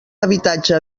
habitatge